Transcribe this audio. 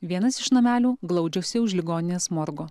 vienas iš namelių glaudžiasi už ligoninės morgo